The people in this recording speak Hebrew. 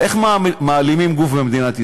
איך מעלימים גוף במדינת ישראל?